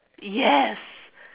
yes